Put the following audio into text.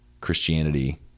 Christianity